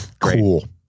cool